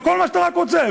בכל מה שאתה רק רוצה,